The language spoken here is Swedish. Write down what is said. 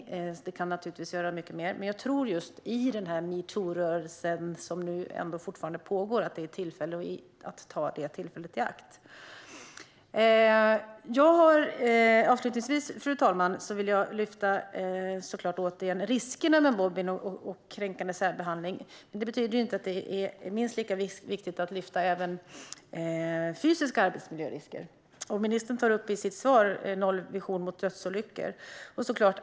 Mycket mer kan naturligtvis göras, men jag tror att det i och med den metoo-rörelse som ändå fortfarande pågår är läge att ta tillfället i akt. Avslutningsvis, fru talman, vill jag återigen lyfta fram riskerna med mobbning och kränkande särbehandling. Det är minst lika viktigt att lyfta fram fysiska arbetsmiljörisker, och ministern tog i sitt svar upp nollvisionen vad gäller dödsolyckor.